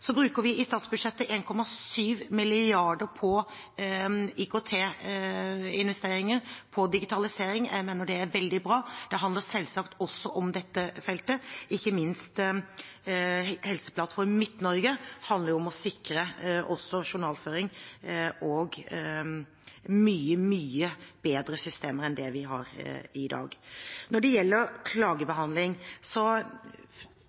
Så bruker vi i statsbudsjettet 1,7 mrd. kr på IKT-investeringer, på digitalisering. Jeg mener det er veldig bra. Det handler selvsagt også om dette feltet. Ikke minst i Helseplattform Midt-Norge handler det om å sikre også journalføring og mye bedre systemer enn det vi har i dag. Når det gjelder